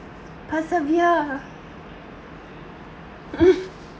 persevere mm